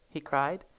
he cried,